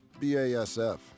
BASF